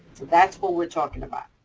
that's what we're talking about.